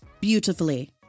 beautifully